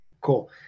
Cool